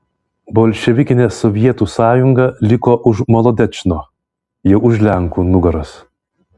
bolševikinė sovietų sąjunga liko už molodečno jau už lenkų nugaros